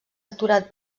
aturat